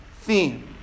theme